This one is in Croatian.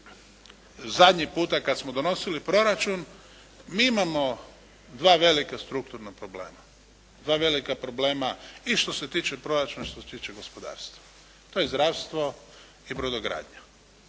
zadnji puta kada smo donosili proračun mi imamo dva velika strukturna problema, dva velika problema i što se tiče proračuna i što se tiče gospodarstva, to je zdravstvo i brodogradnja.